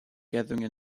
gathering